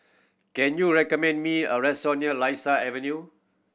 can you recommend me a restaurant near Lasia Avenue